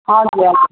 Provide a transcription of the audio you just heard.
हजुर हजुर